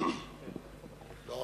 הוא